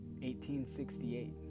1868